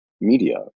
media